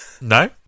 No